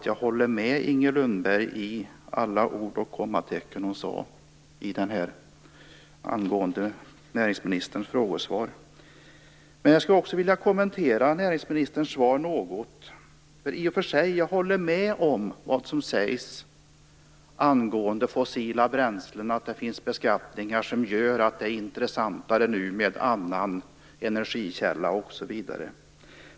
Jag håller med om alla ord och kommatecken i Inger Jag vill också kommentera näringsministerns svar något. I och för sig håller jag med om det som sägs om fossila bränslen, att det finns beskattningar som gör att det är intressantare med annan energikälla.